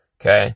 Okay